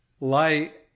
light